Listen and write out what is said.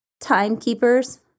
timekeepers